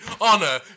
honor